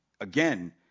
again